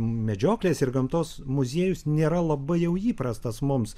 medžioklės ir gamtos muziejus nėra labai jau įprastas mums